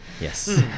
Yes